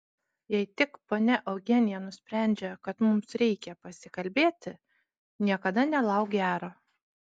jei tik ponia eugenija nusprendžia kad mums reikia pasikalbėti niekada nelauk gero